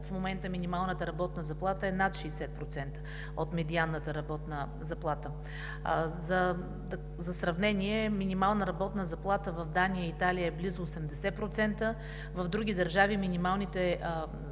в момента минималната работна заплата е над 60% от медианната работна заплата. За сравнение – минимална работна заплата в Дания и Италия е близо 80%, в други държави минималните заплати